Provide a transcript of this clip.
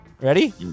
Ready